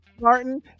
martin